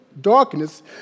darkness